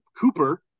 Cooper